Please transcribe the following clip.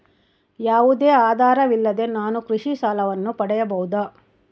ಯಾವುದೇ ಆಧಾರವಿಲ್ಲದೆ ನಾನು ಕೃಷಿ ಸಾಲವನ್ನು ಪಡೆಯಬಹುದಾ?